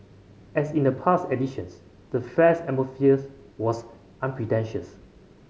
as in the past editions the fair's atmospheres was unpretentious